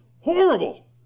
horrible